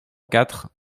quatre